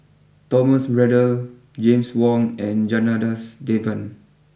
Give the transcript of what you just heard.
Thomas Braddell James Wong and Janadas Devan